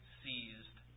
seized